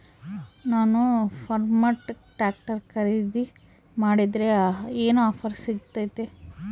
ನಾನು Farmtrac tractor ಖರೇದಿ ಮಾಡಿದ್ರೆ ಏನು ಆಫರ್ ಸಿಗ್ತೈತಿ?